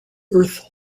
earth